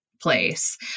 place